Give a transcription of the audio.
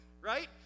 Right